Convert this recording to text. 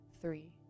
three